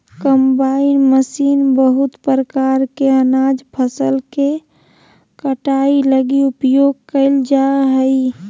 combine machine बहुत प्रकार के अनाज फसल के कटाई लगी उपयोग कयल जा हइ